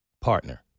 partner